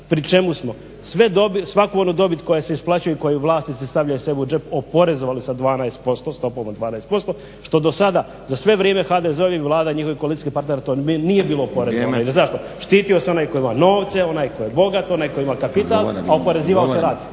sve dobit, svakodnevni dobit koja se isplaćuju, koju vlasnici stavljaju sebi u džep oporezovali sa 12%, stopom od 12% što do sada za sve vrijeme HDZ-ovih vlada i njihovih koalicijskih partnera to nije bilo oporezovano. Zašto? Štitio se onaj tko ima novce, onaj tko je bogat, onaj tko ima kapital, a oporezivalo se radnika.